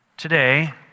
Today